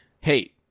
Hey